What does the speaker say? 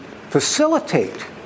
facilitate